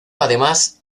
además